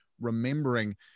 remembering